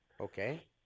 Okay